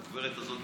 הגברת הזו,